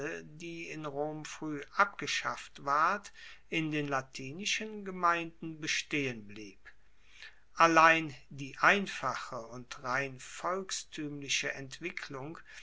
die in rom frueh abgeschafft ward in den latinischen gemeinden bestehen blieb allein die einfache und rein volkstuemliche entwicklung